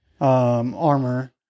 Armor